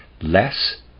less